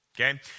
Okay